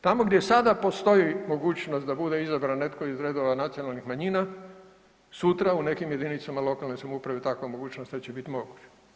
Tamo gdje sada postoji mogućnost da bude izabran netko iz redova nacionalnih manjina, sutra u nekim jedinicama lokalne samouprave takva mogućnost neće biti moguća.